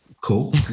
cool